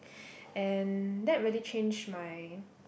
and that really changed my